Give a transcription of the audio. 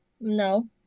No